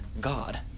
God